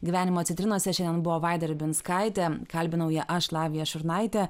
gyvenimo citrinose šiandien buvo vaida ribinskaitė kalbinau ją aš lavija šurnaitė